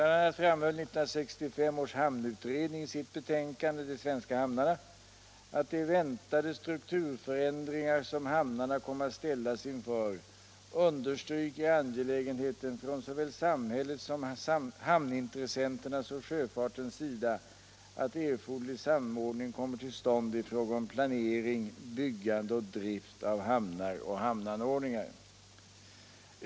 a. framhöll 1965 års hamnutredning i sitt betänkande De svenska hamnarna att de väntade strukturförändringar som hamnarna kommer att ställas inför understryker angelägenheten från såväl samhällets som hamnintressenternas och sjöfartens sida av att erforderlig samordning kommer till stånd i fråga om planering, byggande och drift av hamnar och hamnanordningar.